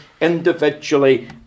Individually